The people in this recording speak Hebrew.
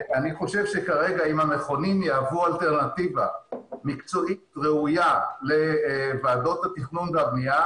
אם המכונים יהוו כרגע אלטרנטיבה מקצועית ראויה לוועדת התכנון והבנייה,